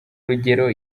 urugero